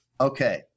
okay